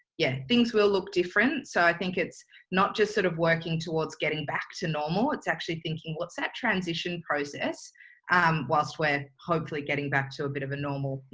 yeah, things will look different. so i think it's not just sort of working towards getting back to normal. it's actually thinking, what's that transition process. and um whilst we're hopefully getting back to a bit of a normal, you